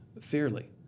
fairly